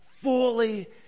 fully